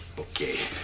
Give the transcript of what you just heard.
okay.